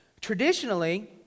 Traditionally